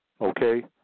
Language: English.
okay